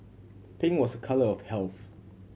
pink was a colour of health